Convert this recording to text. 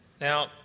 Now